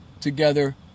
together